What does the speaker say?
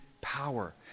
power